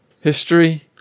history